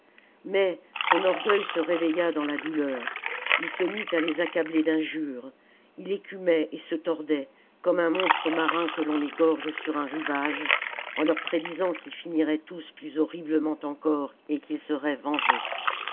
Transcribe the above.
mais son orgueil se réveilla dans la douleur h se mit à les accabler d'injures il écumait et se tordait comme un monstre marin que l'on égorge sur un rivage en leur prédisant qu'ils finiraient tous plus horriblement encore et qu'il serait vengé